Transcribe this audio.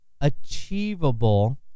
achievable